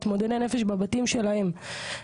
מתמודדי נפש בבתים שלהם,